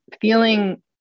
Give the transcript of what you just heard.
feeling